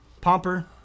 Pomper